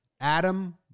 Adam